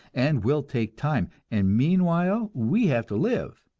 and will take time, and meanwhile we have to live,